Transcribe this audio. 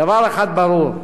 דבר אחד ברור,